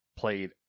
Played